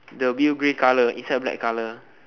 the view grey colour inside black colour